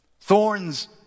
Thorns